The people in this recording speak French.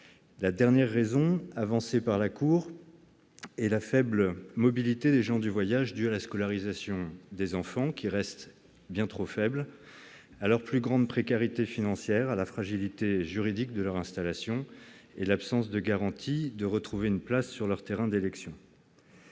La dernière raison avancée par la Cour des comptes est la faible mobilité des gens du voyage due à la scolarisation des enfants- celle-ci reste au demeurant bien trop faible -, à leur plus grande précarité financière, à la fragilité juridique de leur installation et à l'absence de garantie de retrouver une place sur leur terrain d'élection.